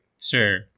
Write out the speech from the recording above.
Sure